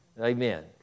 Amen